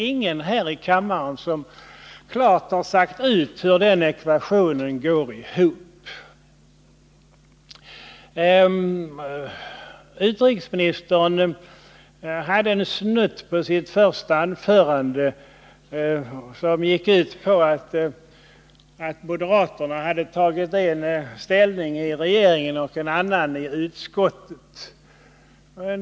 Ingen här i kammaren har klart sagt ut hur den ekvationen går ihop. Utrikesministern hade en snutt i sitt första anförande som gick ut på att moderaterna hade tagit en ställning i regeringen och en annan i utskottet.